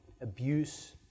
abuse